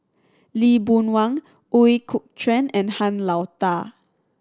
Lee Boon Wang Ooi Kok Chuen and Han Lao Da